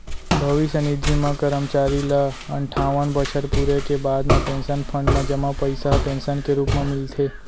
भविस्य निधि म करमचारी ल अनठावन बछर पूरे के बाद म पेंसन फंड म जमा पइसा ह पेंसन के रूप म मिलथे